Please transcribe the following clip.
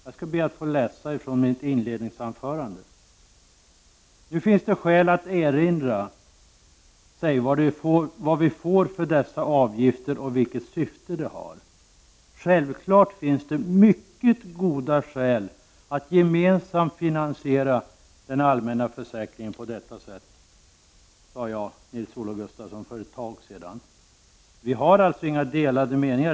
Jag skall återge vad jag sade i mitt inledningsanförande: Nu finns det skäl att erinra sig vad vi får för dessa avgifter och vilket syfte de har. Självklart finns det mycket goda skäl att gemensamt finansiera den allmänna försäkringen på detta sätt. Så sade jag, Nils-Olof Gustafsson, för ett tag sedan. Vi har alltså inga delade meningar.